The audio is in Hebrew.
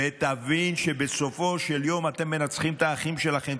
ותבין שבסופו של יום אתם מנצחים את האחים שלכם.